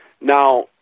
Now